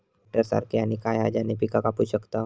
Tractor सारखा आणि काय हा ज्याने पीका कापू शकताव?